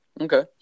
Okay